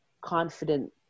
confident